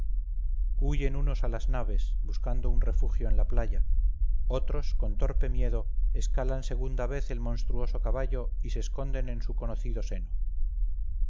huyen unos a las naves buscando un refugio en la playa otros con torpe miedo escalan segunda vez el monstruoso caballo y se esconden en su conocido seno